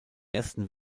ersten